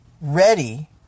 ready